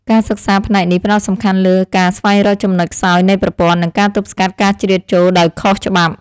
ការសិក្សាផ្នែកនេះផ្តោតសំខាន់លើការស្វែងរកចំណុចខ្សោយនៃប្រព័ន្ធ និងការទប់ស្កាត់ការជ្រៀតចូលដោយខុសច្បាប់។